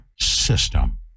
system